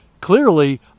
clearly